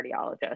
cardiologist